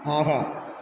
ஆஹா